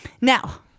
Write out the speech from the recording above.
Now